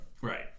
right